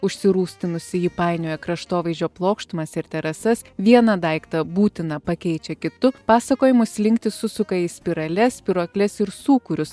užsirūstinusi ji painioja kraštovaizdžio plokštumas ir terasas vieną daiktą būtiną pakeičia kitu pasakojimo slinktį susuka į spirales spyruokles ir sūkurius